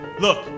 Look